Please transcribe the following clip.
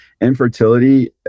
infertility